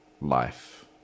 life